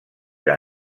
que